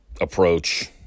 approach